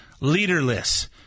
leaderless